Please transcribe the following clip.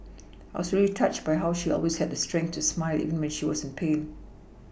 I was really touched by how she always had the strength to smile even when she was in pain